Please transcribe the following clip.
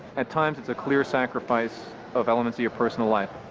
at times, it's a clear sacrifice of elements of your personal life.